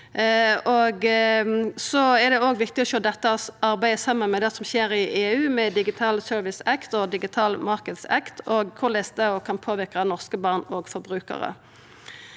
Det er viktig å sjå dette arbeidet saman med det som skjer i EU med Digital Services Act og Digital Markets Act, og korleis det kan påverka norske barn og forbrukarar.